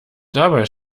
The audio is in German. dabei